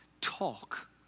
talk